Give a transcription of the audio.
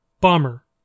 Bomber